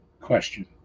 question